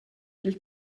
dil